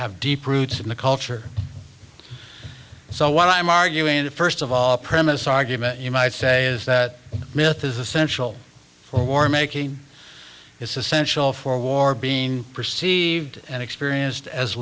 have deep roots in the culture so what i'm arguing in the first of all a premise argument you might say is that myth is essential for making it's essential for war being perceived and experienced as